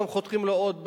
וגם חותכים לו עוד בשעות.